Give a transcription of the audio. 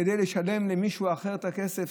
כדי לשלם למישהו אחר את הכסף,